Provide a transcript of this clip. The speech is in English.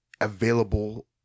available